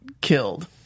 killed